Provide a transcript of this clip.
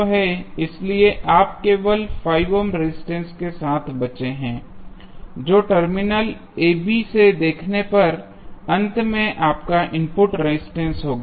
इसलिए आप केवल 5 ओम रेजिस्टेंस के साथ बचे हैं जो टर्मिनल ab से देखने पर अंत में आपका इनपुट रेजिस्टेंस होगा